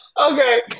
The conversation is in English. Okay